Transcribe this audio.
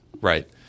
right